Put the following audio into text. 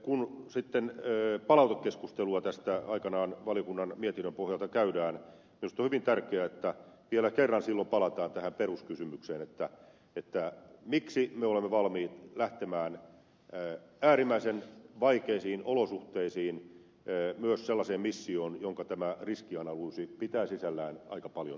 kun sitten palautekeskustelua tästä aikanaan valiokunnan mietinnön pohjalta käydään minusta on hyvin tärkeää että vielä kerran silloin palataan tähän peruskysymykseen miksi me olemme valmiit lähtemään äärimmäisen vaikeisiin olosuhteisiin myös sellaiseen missioon jonka riskianalyysi pitää sisällään aika paljon